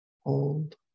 Hold